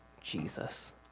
Jesus